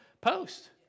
post